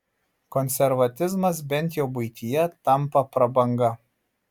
konservatizmas bent jau buityje tampa prabanga